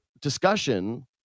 discussion